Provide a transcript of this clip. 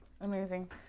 Amazing